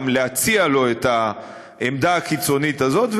להציע לו את העמדה הקיצונית הזאת,